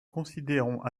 considérons